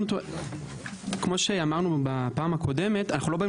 כמו שאמרנו בפעם הקודמת אנחנו לא באים